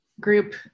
group